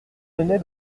venait